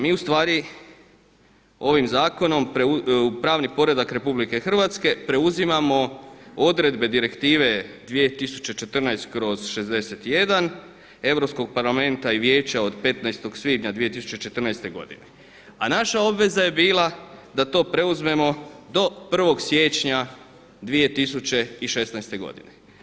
Mi ustvari ovim zakonom u pravni poredak RH preuzimamo odredbe Direktive 2014/61 Europskog parlamenta i Vijeća od 15. svibnja 2014. godine, a naša obveza je bila da to preuzmemo do 1. siječnja 2016. godine.